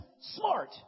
Smart